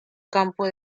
campo